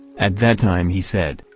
at that time he said,